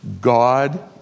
God